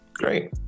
great